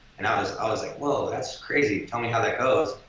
and i was i was like, whoa, that's crazy, tell me how that goes.